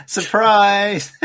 Surprise